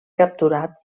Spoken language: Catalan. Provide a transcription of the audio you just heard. capturat